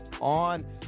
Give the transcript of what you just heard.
on